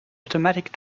automatic